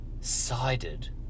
sided